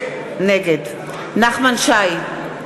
נגד נחמן שי,